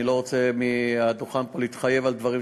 אני לא רוצה מעל הדוכן פה להתחייב על דברים.